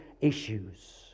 issues